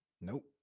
Nope